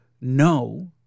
no